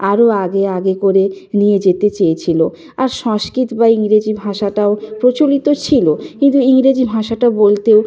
আরও আগে আগে করে নিয়ে যেতে চেয়েছিল আর সংস্কৃত বা ইংরেজি ভাষাটাও প্রচলিত ছিল কিন্তু ইংরেজি ভাষাটা বলতেও